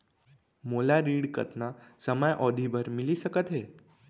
मोला ऋण कतना समयावधि भर मिलिस सकत हे?